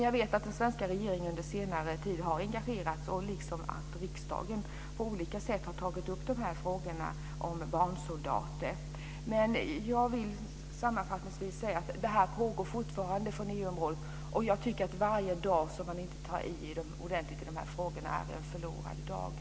Jag vet att den svenska regeringen under senare tid har engagerats, liksom att riksdagen på olika sätt har tagit upp frågan om barnsoldater. Detta pågår fortfarande inom EU-området. Varje dag som man inte tar i ordentligt i dessa frågor är en förlorad dag.